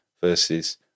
versus